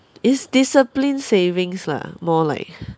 it's disciplined savings lah more like